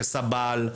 כסבל,